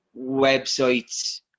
websites